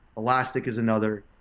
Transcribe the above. elastic is another.